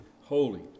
holy